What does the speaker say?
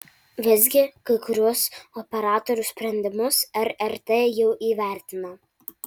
visgi kai kuriuos operatorių sprendimus rrt jau įvertino